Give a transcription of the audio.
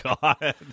god